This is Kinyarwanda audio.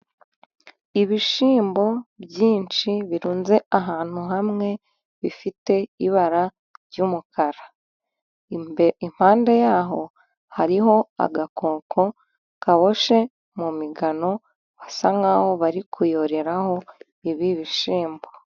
Ibishyimbo byinshi birunze ahantu hamwe bifite ibara ry' umukara, impande yaho hariho agakoko kaboshe mu migano, basa nkaho bari kuyoreraho ibi bishyimbo.